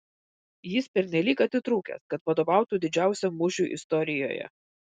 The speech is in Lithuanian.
jis pernelyg atitrūkęs kad vadovautų didžiausiam mūšiui istorijoje